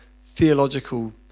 theological